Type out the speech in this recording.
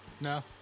No